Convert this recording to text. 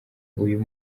uyu